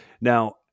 Now